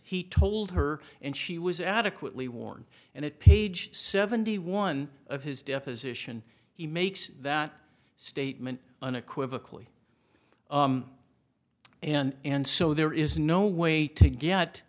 he told her and she was adequately warn and it page seventy one of his deposition he makes that statement unequivocal and so there is no way to get